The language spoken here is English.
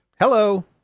Hello